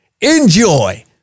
enjoy